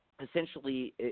Essentially